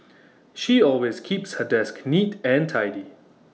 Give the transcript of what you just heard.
she always keeps her desk neat and tidy